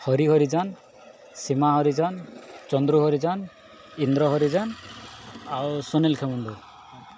ହରି ହରିଜନ ସୀମା ହରିଜନ ଚନ୍ଦ୍ର ହରିଜନ ଇନ୍ଦ୍ର ହରିଜନ ଆଉ ସୁନୀଲ ଖେମୁଣ୍ଡୁ